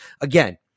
Again